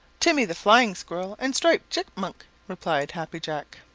timmy the flying squirrel, and striped chipmunk, replied happy jack.